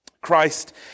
Christ